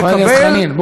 חבר הכנסת חנין,